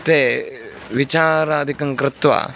ते विचारादिकं कृत्वा